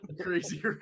crazy